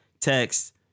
text